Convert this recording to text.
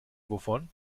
wovon